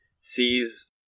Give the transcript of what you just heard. sees